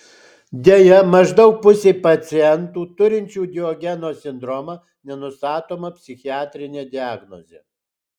deja maždaug pusei pacientų turinčių diogeno sindromą nenustatoma psichiatrinė diagnozė